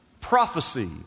prophecy